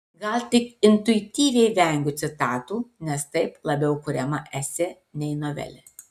gal tik intuityviai vengiu citatų nes taip labiau kuriama esė nei novelė